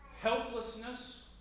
helplessness